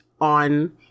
on